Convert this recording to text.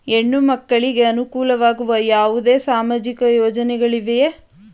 ಹೆಣ್ಣು ಮಕ್ಕಳಿಗೆ ಅನುಕೂಲವಾಗುವ ಯಾವುದೇ ಸಾಮಾಜಿಕ ಯೋಜನೆಗಳಿವೆಯೇ?